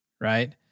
right